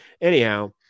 anyhow